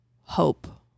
hope